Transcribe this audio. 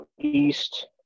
East